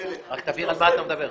רק תבהיר על מה אתה מדבר.